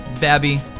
Babby